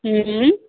अं अं